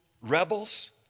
rebels